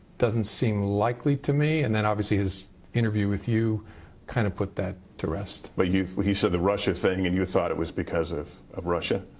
doesn't seem likely to me. and then obviously his interview with you kind of put that to rest. but he said the russia thing, and you thought it was because of of russia?